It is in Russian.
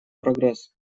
прогресс